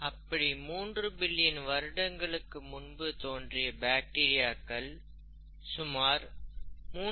அப்படி மூன்று பில்லியன் வருடங்களுக்கு முன்பு தோன்றிய பாக்டீரியாக்கள் சுமார் 3